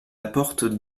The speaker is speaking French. apporte